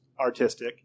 artistic